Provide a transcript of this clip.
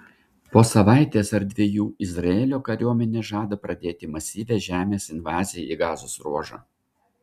po savaitės ar dviejų izraelio kariuomenė žada pradėti masyvią žemės invaziją į gazos ruožą